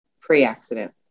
pre-accident